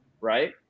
right